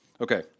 Okay